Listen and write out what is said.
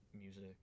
music